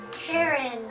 Sharon